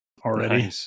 already